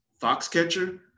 Foxcatcher